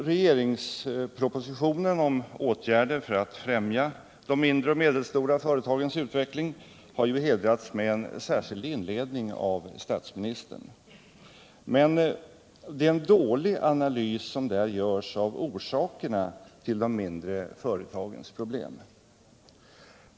Regeringspropositionen om åtgärder för att främja de mindre och medelstora företagens utveckling har hedrats med en särskild inledning av statsministern. Men det är en dålig analys som där görs av orsakerna till de mindre företagens problem.